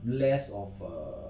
less of a